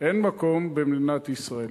אין מקום במדינת ישראל.